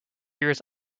years